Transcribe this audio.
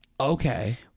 Okay